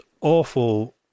awful